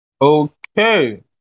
Okay